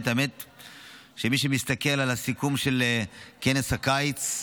מי שמסתכל על הסיכום של כנס הקיץ,